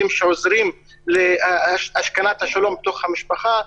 כלים שעוזרים להשכנת השלום בתוך המשפחה.